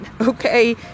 okay